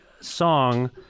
song